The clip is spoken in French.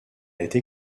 été